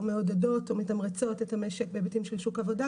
מעודדות או מתמרצות את המשק בהיבטים של שוק עבודה,